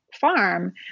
farm